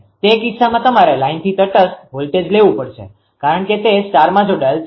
તે કિસ્સામાં તમારે લાઇનથી તટસ્થ વોલ્ટેજ લેવુ પડશે કારણ કે તે સ્ટારમાં જોડાયેલ છે